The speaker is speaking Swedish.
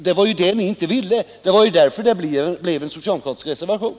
Det var ju det ni inte ville, det var därför det blev en socialdemokratisk reservation.